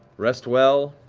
rest well,